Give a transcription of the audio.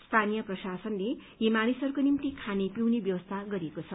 स्थानीय प्रशासनले यी मानिसहरूको निम्ति खाने पिउनेको व्यवस्था गरिरहेछ